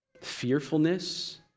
fearfulness